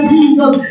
Jesus